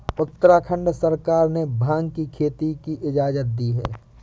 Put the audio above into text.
उत्तराखंड सरकार ने भाँग की खेती की इजाजत दी है